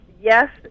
yes